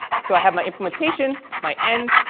so i have my implementation, my end,